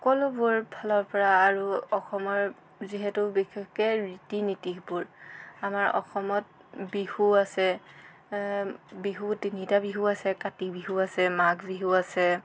সকলোবোৰ ফালৰপৰা আৰু অসমৰ যিহেতু বিশেষকৈ ৰীতি নীতিবোৰ আমাৰ অসমত বিহু আছে বিহু তিনিটা বিহু আছে কাতি বিহু আছে মাঘ বিহু আছে